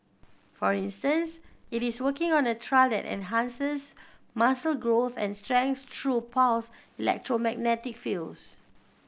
for instance it is working on a trial that enhances muscle growth and strength through pulsed electromagnetic fields